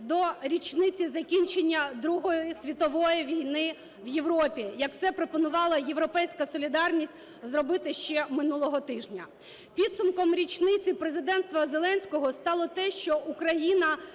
до річниці закінчення Другої світової війни в Європі, як це пропонувала "Європейська солідарність" зробити ще минулого тижня. Підсумком річниці президенства Зеленського стало те, що Україна